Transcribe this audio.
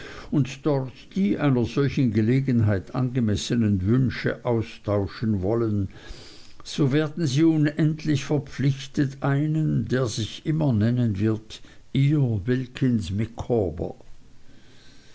und dort die einer solchen gelegenheit angemessenen wünsche austauschen wollen so werden sie unendlich verpflichten einen der sich immer nennen wird ihr wilkins